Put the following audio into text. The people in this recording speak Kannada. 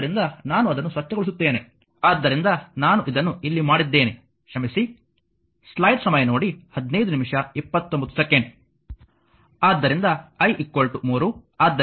ಆದ್ದರಿಂದ ನಾನು ಅದನ್ನು ಸ್ವಚ್ಛಗೊಳಿಸುತ್ತೇನೆ ಆದ್ದರಿಂದ ನಾನು ಇದನ್ನು ಇಲ್ಲಿ ಮಾಡಿದ್ದೇನೆ ಕ್ಷಮಿಸಿ ಆದ್ದರಿಂದ i 3